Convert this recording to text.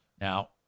Now